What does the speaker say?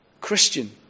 Christian